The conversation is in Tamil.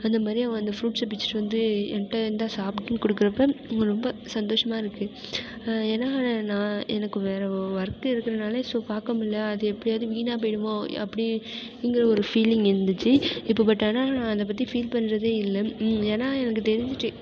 அந்த மாதிரி அவன் அந்த ஃப்ரூட்ஸை பிச்சுட்டு வந்து என்கிட்ட இந்த சாப்பிடுனு கொடுக்குறப்ப நம்ம ரொம்ப சந்தோஷமாக இருக்குது ஏன்னால் நான் எனக்கு வேறு ஒர்க் இருக்கிறனால ஸோ பார்க்க முடியல அது எப்படியாவது வீணாக போய்விடுமோ அப்படிங்கிற ஒரு ஃபீலிங் இருந்துச்சு இப்போது பட் ஆனால் அதை பத்தி ஃபீல் பண்ணுறதே இல்லை ஏன்னால் எனக்கு தெரிஞ்சுட்டு